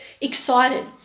excited